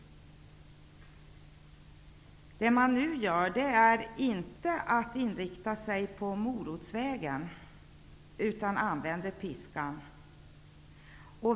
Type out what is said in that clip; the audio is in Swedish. Det man nu gör är inte att inrikta sig på morotsvägen utan använder piskan.